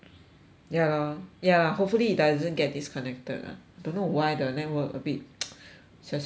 ya lor ya hopefully it doesn't get disconnected ah don't know why the network a bit siao siao today